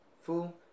fool